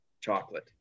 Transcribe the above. chocolate